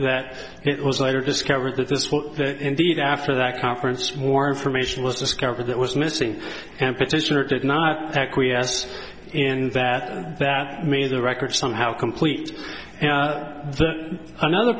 that it was later discovered that this will indeed after that conference more information was discovered that was missing and petitioner did not acquiesce in that that made the record somehow complete another